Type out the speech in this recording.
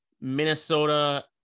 Minnesota